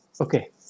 Okay